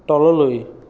তললৈ